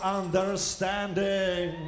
understanding